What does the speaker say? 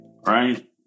right